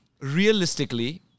realistically